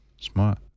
Smart